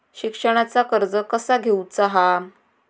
शिक्षणाचा कर्ज कसा घेऊचा हा?